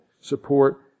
support